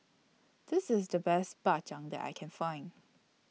This IS The Best Bak Chang that I Can Find